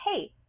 Hey